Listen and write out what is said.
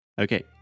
Okay